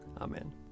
Amen